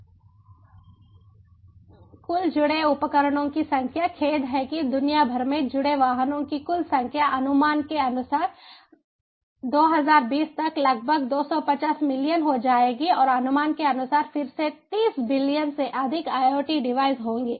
कुल जुड़े उपकरणों की संख्या खेद है कि दुनिया भर में जुड़े वाहनों की कुल संख्या अनुमान के अनुसार 2020 तक लगभग 250 मिलियन हो जाएगी और अनुमान के अनुसार फिर से 30 बिलियन से अधिक IoT डिवाइस होंगे